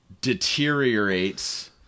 deteriorates